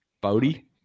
Bodie